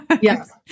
Yes